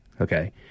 okay